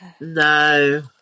No